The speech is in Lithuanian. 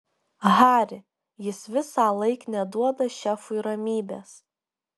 hari jis visąlaik neduoda šefui ramybės